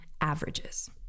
averages